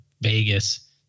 Vegas